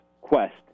quest